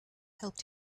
helped